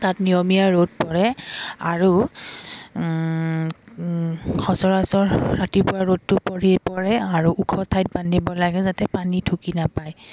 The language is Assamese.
তাত নিয়মীয়া ৰ'দ পৰে আৰু সচৰাচৰ ৰাতিপুৱা ৰ'দটো পৰি পৰে আৰু ওখ ঠাইত বান্ধিব লাগে যাতে পানী ঢুকি নাপায়